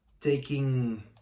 taking